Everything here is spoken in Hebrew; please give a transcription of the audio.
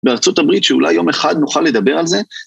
בארצות הברית שאולי יום אחד נוכל לדבר על זה.